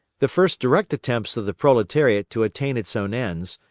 the first direct attempts of the proletariat to attain its own ends,